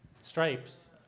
Stripes